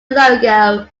logo